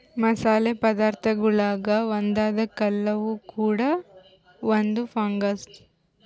ಮಸಾಲೆ ಪದಾರ್ಥಗುಳಾಗ ಒಂದಾದ ಕಲ್ಲುವ್ವ ಕೂಡ ಒಂದು ಫಂಗಸ್